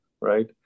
right